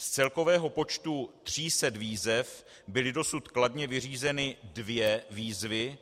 Z celkového počtu 300 výzev byly dosud kladně vyřízeny dvě výzvy.